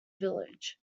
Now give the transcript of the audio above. village